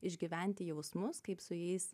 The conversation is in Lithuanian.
išgyventi jausmus kaip su jais